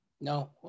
No